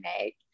make